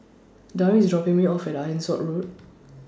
Darvin IS dropping Me off At Ironside Road